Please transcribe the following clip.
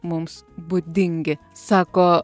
mums būdingi sako